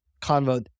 convo